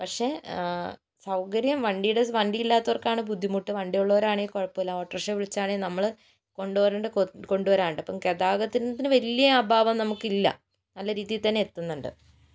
പക്ഷെ സൗകര്യം വണ്ടിയുടെ വണ്ടിയില്ലാത്തവർക്കാണ് ബുദ്ധിമുട്ട് വണ്ടിയുള്ളവരാണെങ്കിൽ കുഴപ്പമില്ല ഓട്ടോറിക്ഷ വിളിച്ചിട്ടാണെങ്കിലും നമ്മൾ കൊണ്ട് വരണ്ട് കൊണ്ട് വരാറുണ്ട് അപ്പോൾ ഗതാഗതത്തിന് വലിയ അഭാവം നമുക്കില്ല നല്ല രീതിയിൽ തന്നെ എത്തുന്നുണ്ട്